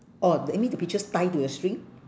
orh d~ you mean the peaches tie to a string